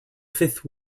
fifth